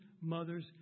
mothers